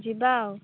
ଯିବା ଆଉ